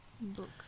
Book